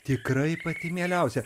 tikrai pati mieliausia